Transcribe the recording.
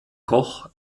koch